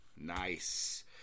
nice